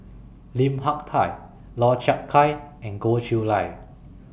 Lim Hak Tai Lau Chiap Khai and Goh Chiew Lye